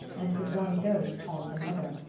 and could one ghost haunt another?